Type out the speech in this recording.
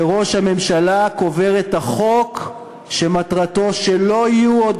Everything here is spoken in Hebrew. וראש הממשלה קובר את החוק שמטרתו שלא יהיו עוד